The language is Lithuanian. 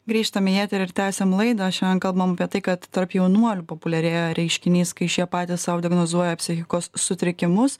grįžtame į eterį ir tęsiam laidą šiandien kalbame apie tai kad tarp jaunuolių populiarėja reiškinys kai šie patys sau diagnozuoja psichikos sutrikimus